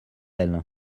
elles